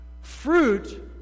Fruit